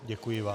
Děkuji vám.